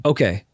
Okay